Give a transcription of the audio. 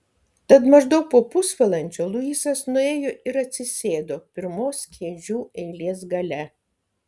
tad maždaug po pusvalandžio luisas nuėjo ir atsisėdo pirmos kėdžių eilės gale